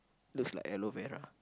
looks like aloe vera